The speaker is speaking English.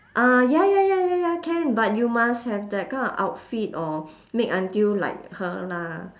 ah ya ya ya ya ya can but you must have that kind of outfit or make until like her lah